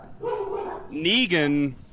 Negan